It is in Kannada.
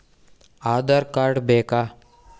ಆಧಾರ್ ಕಾರ್ಡ್ ಬೇಕಾ?